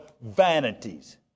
vanities